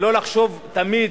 ולא לחשוב תמיד